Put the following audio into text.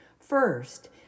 First